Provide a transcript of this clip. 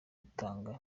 gutanga